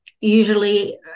usually